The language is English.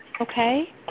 okay